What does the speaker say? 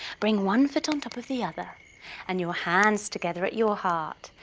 bring one foot on top of the other and your hands together at your heart.